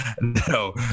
No